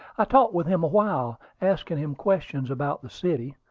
i talked with him awhile, asking him questions about the city.